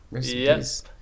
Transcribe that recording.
Yes